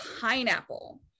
pineapple